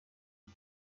همه